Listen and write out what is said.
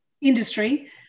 industry